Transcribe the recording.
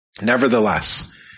Nevertheless